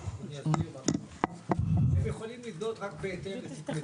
הם יכולים לבדוק רק בהיתר לתיק מידע.